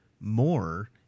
more